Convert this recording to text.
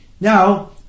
Now